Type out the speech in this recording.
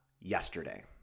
yesterday